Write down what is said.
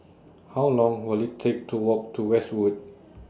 How Long Will IT Take to Walk to Westwood